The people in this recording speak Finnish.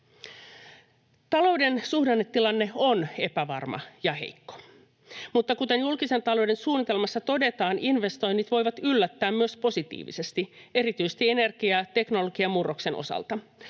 Talouden suhdannetilanne on epävarma ja heikko. Mutta kuten julkisen talouden suunnitelmassa todetaan, investoinnit voivat yllättää myös positiivisesti, erityisesti energia- ja teknologiamurroksen osalta.